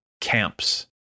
camps